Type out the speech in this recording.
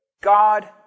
God